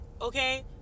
Okay